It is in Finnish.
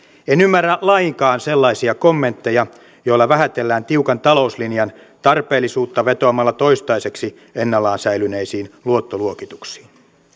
en ymmärrä lainkaan sellaisia kommentteja joilla vähätellään tiukan talouslinjan tarpeellisuutta vetoamalla toistaiseksi ennallaan säilyneisiin luottoluokituksiin